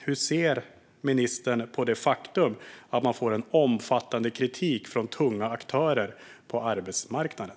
Hur ser ministern på faktumet att man får omfattande kritik från tunga aktörer på arbetsmarknaden?